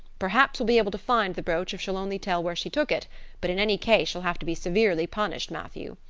perhaps we'll be able to find the brooch if she'll only tell where she took it but in any case she'll have to be severely punished, matthew.